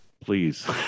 please